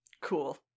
Cool